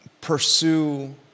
pursue